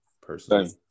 personally